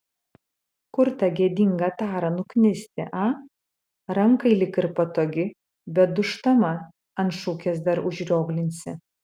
kur tą gėdingą tarą nuknisti a rankai lyg ir patogi bet dūžtama ant šukės dar užrioglinsi